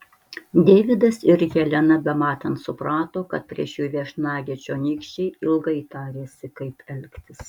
deividas ir helena bematant suprato kad prieš jų viešnagę čionykščiai ilgai tarėsi kaip elgtis